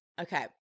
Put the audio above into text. Okay